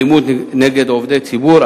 אלימות נגד עובדי ציבור,